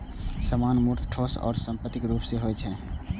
सामान मूर्त, ठोस आ संपत्तिक रूप मे होइ छै